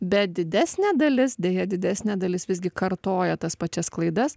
bet didesnė dalis deja didesnė dalis visgi kartoja tas pačias klaidas